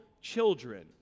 children